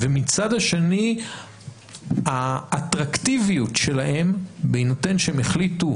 ומהצד השני האטרקטיביות שלהם, בהינתן שהם החליטו